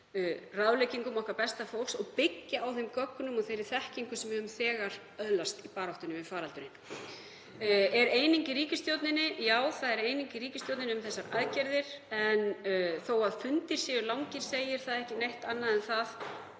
ráðleggingum okkar besta fólks og byggja á þeim gögnum og þeirri þekkingu sem við höfum þegar öðlast í baráttunni við faraldurinn. Er eining í ríkisstjórninni? Já, það er eining í ríkisstjórninni um þessar aðgerðir. Þó að fundir séu langir segir það ekki neitt annað en það